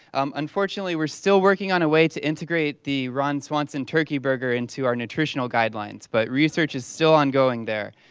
um unfortunately, we're still working on a way to integrate the ron swanson turkey burger into our nutritional guidelines. but research is still ongoing there.